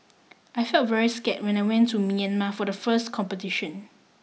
I felt very scared when I went to Myanmar for the first competition